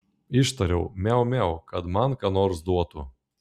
ištariau miau miau kad man ką nors duotų